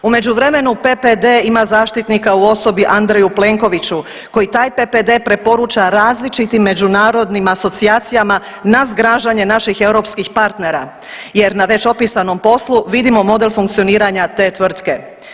U međuvremenu PPD ima zaštitnika u osobi Andreju Plenkoviću koji taj PPD preporuča različitim međunarodnim asocijacijama na zgražanje naših europskih partnera jer na već opisanom poslu vidimo model funkcioniranja te tvrtke.